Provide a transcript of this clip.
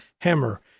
hammer